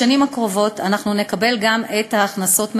בשנים הקרובות אנחנו נקבל גם את ההכנסות מהגז.